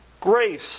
grace